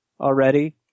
already